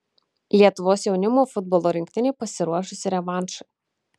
lietuvos jaunimo futbolo rinktinė pasiruošusi revanšui